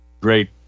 great